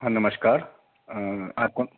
हाँ नमस्कार आप कौन